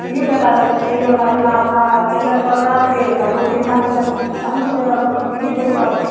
T V पर डाललक तऽ टी वी बला अपना अपना चेनल पर डालिके तऽ लोक एहिना कऽ के चालू कयलक अपन टी वी देखलक